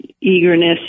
eagerness